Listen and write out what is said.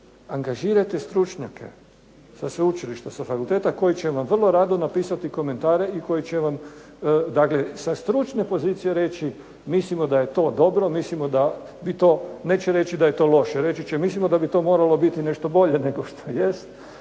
angažirajte stručnjake sa fakulteta koji će vam vrlo rado napisati komentare i koji će vam sa stručne pozicije reći mislimo da je to dobro, neće reći da je to loše reći će mislimo da bi to moralo biti nešto bolje nego što jest.